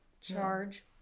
charge